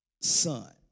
son